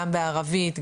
גם בערבית,